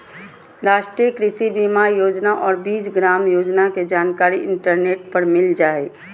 राष्ट्रीय कृषि बीमा योजना और बीज ग्राम योजना के जानकारी इंटरनेट पर मिल जा हइ